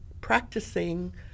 practicing